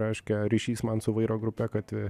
reiškia ryšys man su vairo grupe kad